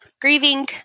grieving